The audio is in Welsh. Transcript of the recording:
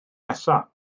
nesaf